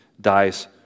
dies